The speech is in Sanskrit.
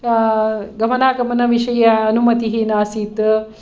गमनागमनविषये अनुमतिः न आसीत्